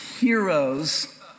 Heroes